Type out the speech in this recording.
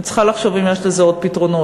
אני צריכה לחשוב אם יש לזה עוד פתרונות,